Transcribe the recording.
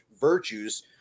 virtues